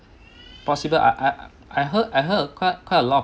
possible I I I heard I heard quite quite a lot